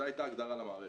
זו הייתה ההגדרה למערכת.